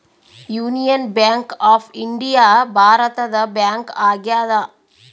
union Bank of India ಭಾರತದ bank ಆಗ್ಯಾದ